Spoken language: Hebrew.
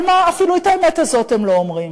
אבל מה, אפילו את האמת הזאת הם לא אומרים.